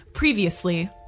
previously